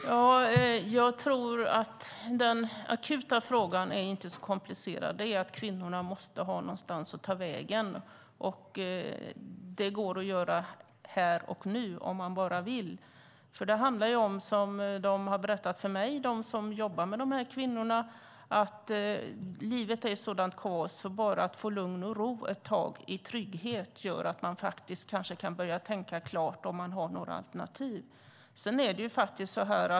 Fru talman! Jag tror att den akuta frågan inte är så komplicerad, att kvinnorna måste ha någonstans att ta vägen. Det går att ordna här och nu om man bara vill. De som jobbar med de här kvinnorna har berättat för mig att livet är ett sådant kaos för dem och att bara få lugn och ro ett tag i trygghet gör att de kanske kan börja tänka klart på om de har några alternativ.